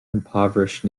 impoverished